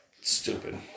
Stupid